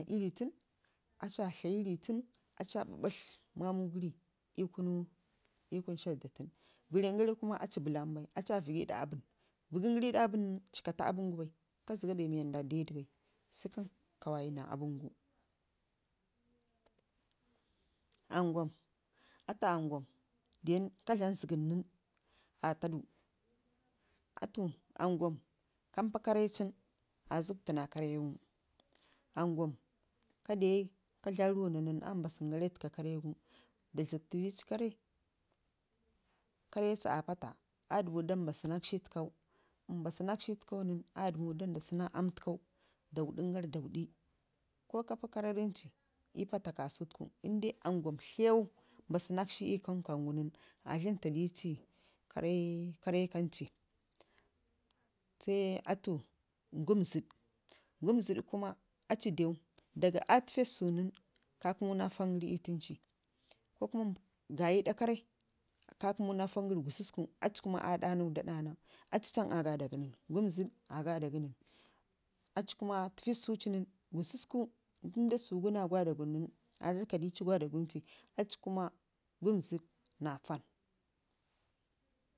ii riitunu aci aa tlayi ii rii tuna aci aa babatl mamu gəri ii kunu ii kunu shɗ da funu. Vərrengərrən kuma aci bəlan bai aa vəgi ii da aabən, vəgəngəri ii ɗa aabən gun, ci ka faa aabən gu ɓai ka zəge bee wanda dedu bai sai kan ka wayu naa aabən gu. Angwan, aci angwon ka dlam zəgəm nən, aa taadu atu angwom kam pana karre cin aa zəgtana karregu, angwam ka de ka dlam runna nən aa mbasən gara ii fəkau karre gu da zəktu dici karre, karre ci aa paatan aa dəmu dan mbasu nakshi ii təkau da mbasu nakshi təkau nan aa dəmu da shi naa aamgu təkau dan da wuɗin gara da wuɗi ko ka paa karrarən ci ii paata ka sutuku inde angwam tləw mbasunakshi ii kunu kamgu nən aa dləmfadici karre karre kanci. Sai afu ngum zəɗ, nguzəɗ kuma atu dew daga aa təfe susugun ka kəmuna foongəri ii tənci ko kuma gayi ii ɗak aci kuma aa ɗanu da ɗanau aci cam aa gaada gə nən ngəm zəɗ aa gaada gə nən aci kuma gususku təfi ii susu ci nən, inde susugu na gwadagum nən aa rarrka di ci gwadagun ci aci kuma ngumzəɗ naa foon.